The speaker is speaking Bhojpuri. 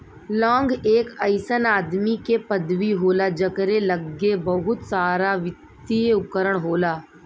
लांग एक अइसन आदमी के पदवी होला जकरे लग्गे बहुते सारावित्तिय उपकरण होला